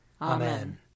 Amen